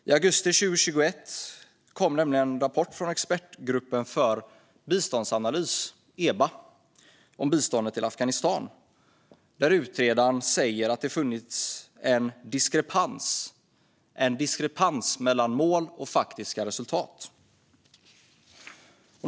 I augusti 2021 kom en rapport från Expertgruppen för biståndsanalys, EBA, om biståndet till Afghanistan där utredaren säger att det funnits en diskrepans mellan mål och faktiska resultat.